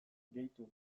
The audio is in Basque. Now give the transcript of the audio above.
gehitu